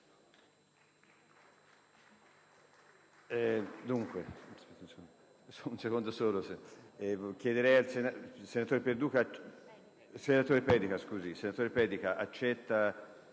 Senatore Pedica, accetta